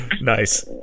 Nice